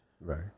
Right